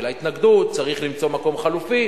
תהיה לה התנגדות, צריך למצוא מקום חלופי.